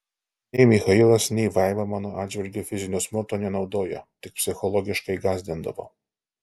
nei michailas nei vaiva mano atžvilgiu fizinio smurto nenaudojo tik psichologiškai gąsdindavo